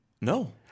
no